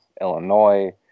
Illinois